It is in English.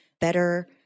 better